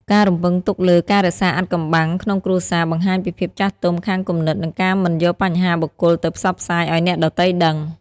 ការរំពឹងទុកលើ "ការរក្សាអាថ៌កំបាំងក្នុងគ្រួសារ" បង្ហាញពីភាពចាស់ទុំខាងគំនិត និងការមិនយកបញ្ហាបុគ្គលទៅផ្សព្វផ្សាយឱ្យអ្នកដទៃដឹង។